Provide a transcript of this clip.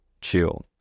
chill